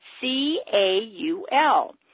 C-A-U-L